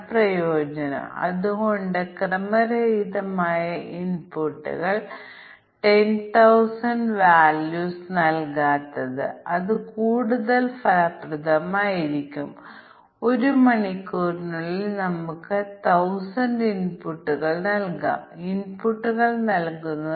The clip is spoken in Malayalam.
ഇപ്പോൾ നമുക്ക് മറ്റൊരു ഉദാഹരണം നോക്കാം ഒരു ജീവനക്കാരന്റെ പ്രായം വിവിധ ജീവനക്കാരുടെ പ്രായം അവരുടെ ശരാശരി പ്രായം എന്നിവ കണക്കാക്കുന്ന ഒരു ഫംഗ്ഷൻ നൽകിയിരിക്കുന്നു